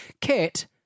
Kate